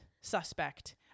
suspect